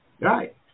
right